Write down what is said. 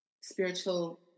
spiritual